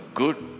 good